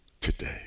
today